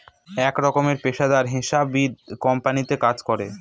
এক রকমের পেশাদার হিসাববিদ কোম্পানিতে কাজ করে